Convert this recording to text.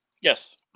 Yes